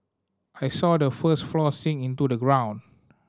I saw the first floor sink into the ground